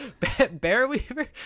Bearweaver